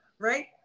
right